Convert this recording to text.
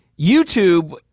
YouTube